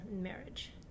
marriage